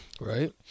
right